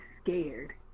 scared